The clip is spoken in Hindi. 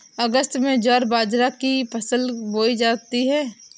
अगस्त में ज्वार बाजरा की फसल बोई जाती हैं